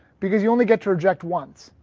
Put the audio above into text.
because you only get to reject once.